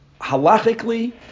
Halachically